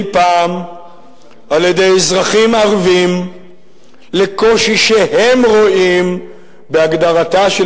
פעם על-ידי אזרחים ערבים לקושי שהם רואים בהגדרתה של